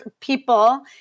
people